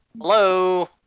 Hello